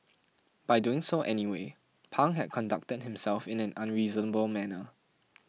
by doing so anyway Pang had conducted himself in an unreasonable manner